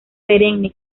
perenne